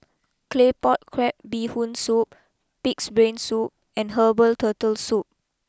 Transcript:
Claypot Crab BeeHoon Soup Pig's Brain Soup and Herbal Turtle Soup